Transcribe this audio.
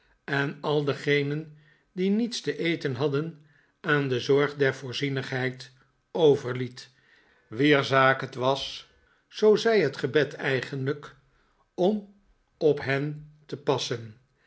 en al degenen die niets te eten hadden aan de zorg der voorzienigheid overliet wier zaak het was zoo zei het gebed eigenlijk om op hen te passen